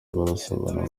barasabana